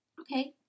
okay